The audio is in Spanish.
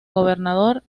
gobernador